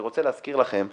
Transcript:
אני רוצה להזכיר לכם,